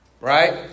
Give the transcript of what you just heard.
right